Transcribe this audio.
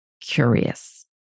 curious